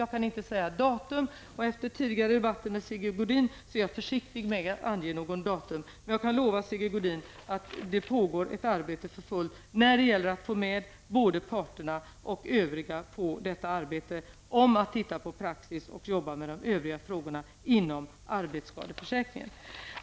Jag kan inte säga något datum, och efter den tidigare debatten med Sigge Godin är jag försiktig med att ange något sådant, men jag kan försäkra att det pågår ett arbete för fullt, både med parterna och övriga med att studera praxis och gå igenom övriga frågor inom arbetsskadeförsäkringen.